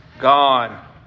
gone